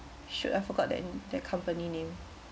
shoot I forgot that the company name